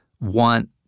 want